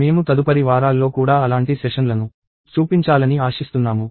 మేము తదుపరి వారాల్లో కూడా అలాంటి సెషన్లను చూపించాలని ఆశిస్తున్నాము